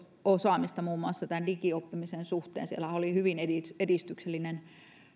osaamista muun muassa tämän digioppimisen suhteen siellähän oli hyvin edistyksellinen